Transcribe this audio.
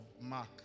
Mark